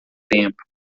tempo